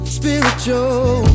spiritual